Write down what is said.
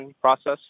process